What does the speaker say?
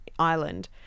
island